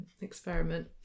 experiment